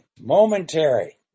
momentary